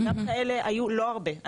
וגם כאלה היו לא הרבה,